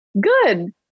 Good